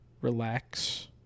Relax